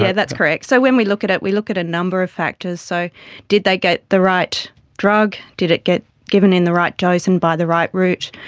yeah that's correct. so when we look at it, we look at a number of factors. so did they get the right drugs, did it get given in the right dose and buy the right route,